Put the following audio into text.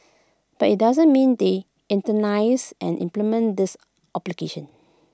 but IT doesn't mean they internalise and implement these obligation